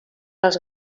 als